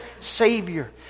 Savior